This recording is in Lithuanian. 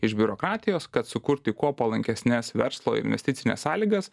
iš biurokratijos kad sukurti kuo palankesnes verslo investicines sąlygas